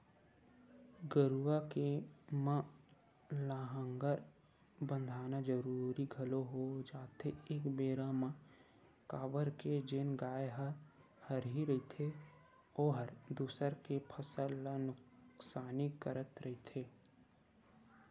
गरुवा के म लांहगर बंधाना जरुरी घलोक हो जाथे एक बेरा म काबर के जेन गाय ह हरही रहिथे ओहर दूसर के फसल ल नुकसानी करत रहिथे